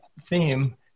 theme